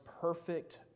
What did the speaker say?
perfect